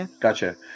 Gotcha